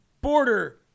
border